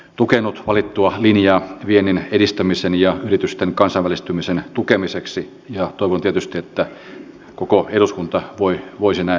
tukenut valittua linjaa vienninedistämisen ja yritysten nämä muutokset alentavat työtulovakuutuksen kustannuksia mutta eivät vaikuta valtionosuuteen